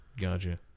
Gotcha